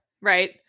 right